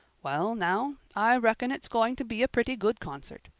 well now, i reckon it's going to be a pretty good concert.